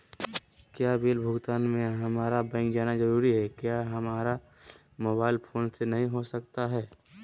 Bill भुगतान में हम्मारा बैंक जाना जरूर है क्या हमारा मोबाइल फोन से नहीं हो सकता है?